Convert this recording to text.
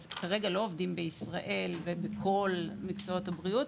אז כרגע לא עובדים בישראל ובכל מקצועות הבריאות,